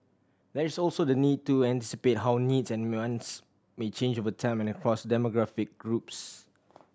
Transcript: there is also the need to anticipate how needs and wants may change over time and across demographic groups